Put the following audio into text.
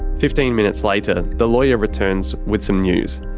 fifteen minutes later, the lawyer returns with some news.